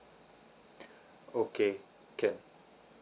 okay can